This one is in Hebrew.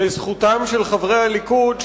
לזכותם של חברי הליכוד,